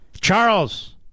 Charles